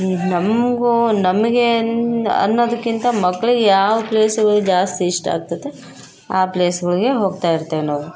ನಮಗೂ ನಮಗೆ ಅನ್ನೋ ಅನ್ನೋದಕ್ಕಿಂತ ಮಕ್ಕಳಿಗೆ ಯಾವ ಪ್ಲೇಸ್ಗೆ ಹೋಗಿ ಜಾಸ್ತಿ ಇಷ್ಟ ಆಗ್ತದೆ ಆ ಪ್ಲೇಸ್ಗಳಿಗೆ ಹೋಗ್ತಾ ಇರ್ತೀವಿ ನಾವು